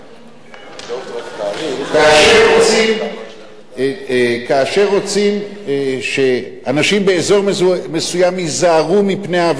כאשר רוצים שאנשים באזור מסוים ייזהרו מפני העבריין הזה,